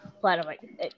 platinum